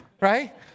right